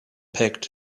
packed